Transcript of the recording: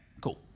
cool